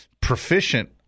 proficient